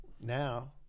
now